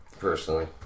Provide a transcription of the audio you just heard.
Personally